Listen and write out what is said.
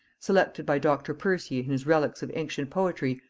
selected by dr. percy in his relics of ancient poetry,